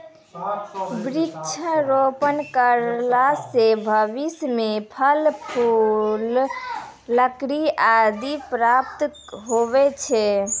वृक्षारोपण करला से भविष्य मे फल, फूल, लकड़ी आदि प्राप्त हुवै छै